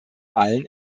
allen